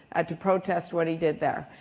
ah to protest what he did there.